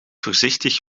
voorzichtig